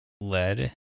Lead